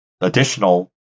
additional